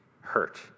hurt